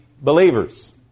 believers